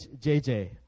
JJ